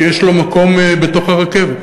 שיש לו מקום ברכבת.